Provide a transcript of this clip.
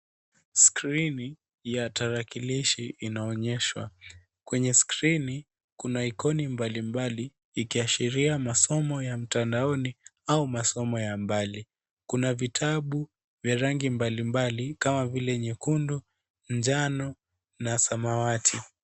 Skrini ya tarakilishi inaonyeshwa. Kwenye skrini kuna ikoni mbalimbali ikiashiria masomo ya mtandaoni au masomo ya mbali. Kuna vitabu vya rangi, mbalimbali kama vile nyekundu, njano na samawati.